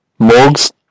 Morgs